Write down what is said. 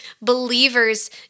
believers